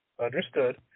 understood